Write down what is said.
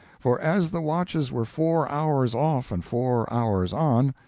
for, as the watches were four hours off and four hours on,